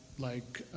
like